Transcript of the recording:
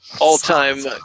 All-time